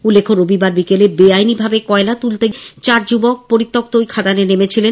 উল্লেখ্য রবিবার বিকেলে বেআইনিভাবে কয়লা তুলতে চার যুবক পরিত্যক্ত ঐ খাদানে নেমেছিলেন